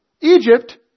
Egypt